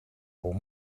voor